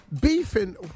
Beefing